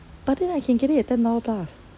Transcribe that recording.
but then I can get it at ten dollar plus